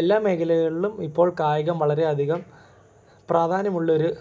എല്ലാ മേഖലകളിലും ഇപ്പോൾ കായികം വളരെ അധികം പ്രാധാന്യം ഉള്ളൊരു